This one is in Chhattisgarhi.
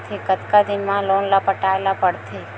कतका दिन मा लोन ला पटाय ला पढ़ते?